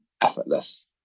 effortless